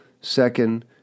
Second